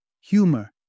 Humor